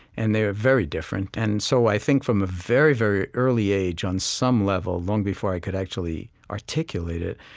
and they are very different and so i think from a very, very early age on some level, long before i could actually articulate it,